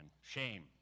Shame